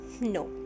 No